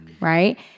right